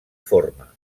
forma